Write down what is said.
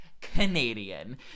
Canadian